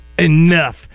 enough